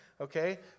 Okay